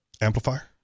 Amplifier